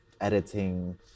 editing